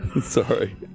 Sorry